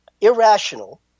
irrational